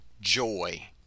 joy